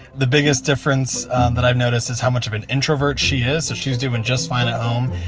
the biggest difference that i've noticed is how much of an introvert she is. so she's doing just fine at home.